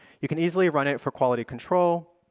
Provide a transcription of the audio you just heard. you can easily run it for quality control.